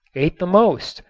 ate the most,